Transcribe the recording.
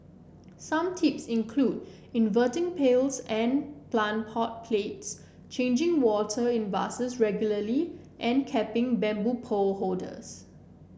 some tips include inverting pails and plant pot plates changing water in vases regularly and capping bamboo pole holders